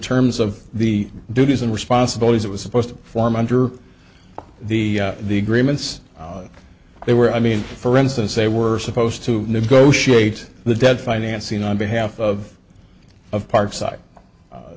terms of the duties and responsibilities it was supposed to form under the the agreements they were i mean for instance they were supposed to negotiate the debt financing on behalf of of